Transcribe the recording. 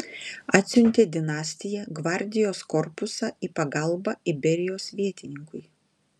atsiuntė dinastija gvardijos korpusą į pagalbą iberijos vietininkui